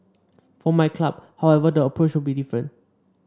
for my club however the approach will be different